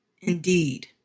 Indeed